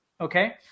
Okay